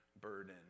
burden